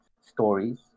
stories